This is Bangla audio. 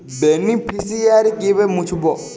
বেনিফিসিয়ারি কিভাবে মুছব?